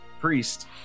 priest